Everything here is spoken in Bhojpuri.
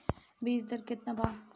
बीज दर केतना वा?